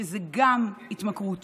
שזה גם התמכרות